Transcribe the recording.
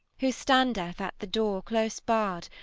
who standeth at the door close-barred,